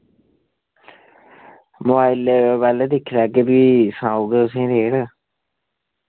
mobile पैह्ले दिक्खी लैगे फ्ही सनाह्गे तुसेंगी रेट